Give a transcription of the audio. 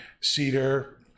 cedar